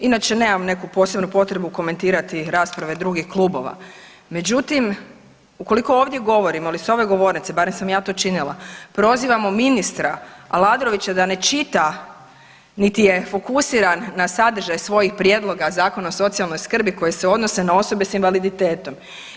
Inače nemam neku posebnu potrebu komentirati rasprave drugih klubova, međutim ukoliko ovdje govorimo ili s ove govornice barem sam ja to činila, prozivamo ministra Aladrovića da ne čita niti je fokusiran na sadržaj svojih prijedloga Zakona o socijalnoj skrbi koji se odnose na osobe s invaliditetom.